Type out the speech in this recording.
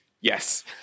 Yes